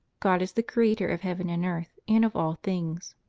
god is the creator of heaven and earth, and of all things.